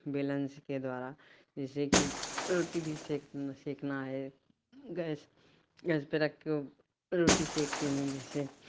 बेलन स के द्वारा जैसे कि रोटी भी सेक सेकना है गएस गएस पे रखके रोटी सेकती हूँ जिससे